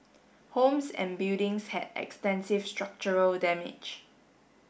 homes and buildings had extensive structural damage